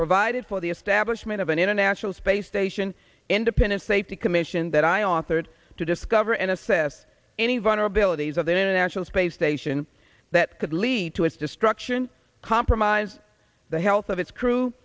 provided for the establishment of an international space station independent safety commission that i authored to discover and assess any vulnerabilities of the international space station that could lead to its destruction compromise the health of its crew